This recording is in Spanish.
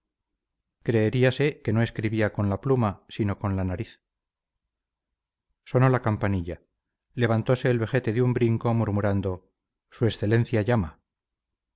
creeríase que no escribía con la pluma sino con la nariz sonó la campanilla levantose el vejete de un brinco murmurando su excelencia llama